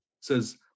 Says